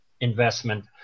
investment